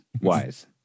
wise